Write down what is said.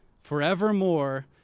forevermore